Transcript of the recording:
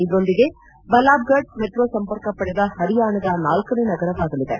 ಇದರೊಂದಿಗೆ ಬಲ್ಲಾಭಗಢ ಮೆಟ್ರೊ ಸಂಪರ್ಕ ಪಡೆದ ಪರಿಯಾಣದ ನಾಲ್ಲನೇ ನಗರವಾಗಲಿದೆ